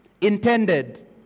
intended